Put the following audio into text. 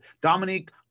Dominique